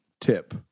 tip